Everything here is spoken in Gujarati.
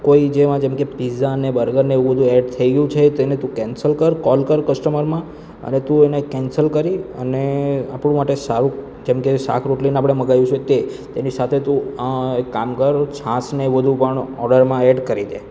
કોઈ જેમ આ જેમ કે પીઝા અને બર્ગર ને એવું બધું એડ થઈ ગયું છે તેને તું કેન્સલ કર કૉલ કર કસ્ટમરમાં અને તું એને કેન્સલ કરી અને આપણી માટે સારું જેમ કે શાક રોટલીને આપણે મંગાવ્યું છે તે તેની સાથે તું એક કામ કર છાશને એ બધું પણ ઓર્ડરમાં એડ કરી દે